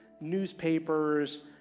newspapers